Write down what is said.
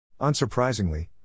Unsurprisingly